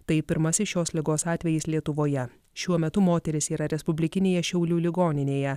tai pirmasis šios ligos atvejis lietuvoje šiuo metu moteris yra respublikinėje šiaulių ligoninėje